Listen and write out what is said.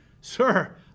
Sir